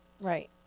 Right